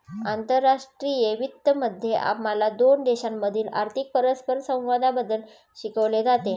आंतरराष्ट्रीय वित्त मध्ये आम्हाला दोन देशांमधील आर्थिक परस्परसंवादाबद्दल शिकवले जाते